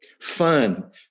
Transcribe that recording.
fun